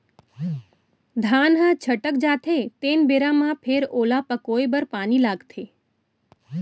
धान ह छटक जाथे तेन बेरा म फेर ओला पकोए बर पानी लागथे